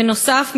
בנוסף,